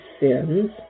sins